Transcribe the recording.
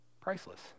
Priceless